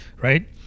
right